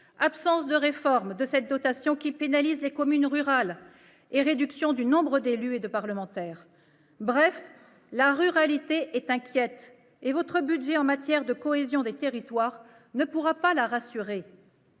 absence de réforme de ces dotations, qui pénalise les communes rurales, réduction du nombre d'élus locaux et de parlementaires. Bref, la ruralité est inquiète, et votre budget en matière de cohésion des territoires ne pourra pas la rassurer.